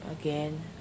again